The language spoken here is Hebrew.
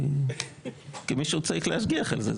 כי מישהו צריך להשגיח על זה.